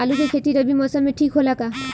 आलू के खेती रबी मौसम में ठीक होला का?